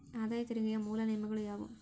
ಆದಾಯ ತೆರಿಗೆಯ ಮೂಲ ನಿಯಮಗಳ ಯಾವು